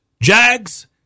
Jags